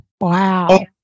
Wow